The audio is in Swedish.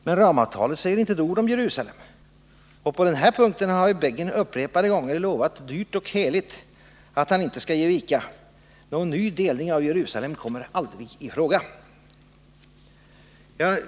Men ramavtalet säger ju inte ett ord om Jerusalem, och på den punkten har Begin upprepade gånger lovat dyrt och heligt att han inte skall ge vika: någon ny delning av Jerusalem kommer aldrig i fråga.